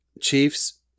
Chiefs